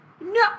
No